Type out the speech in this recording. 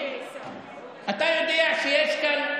אתה יודע שיש כאן,